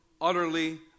utterly